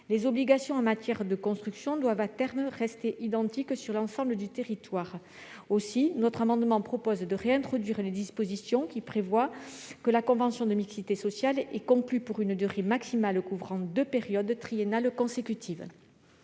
Les obligations en matière de construction doivent à terme rester identiques sur l'ensemble du territoire. Aussi, notre amendement tend à revenir au texte initial et à prévoir que le contrat de mixité sociale est conclu pour une durée maximale couvrant deux périodes triennales consécutives.